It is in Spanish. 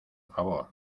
favor